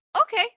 okay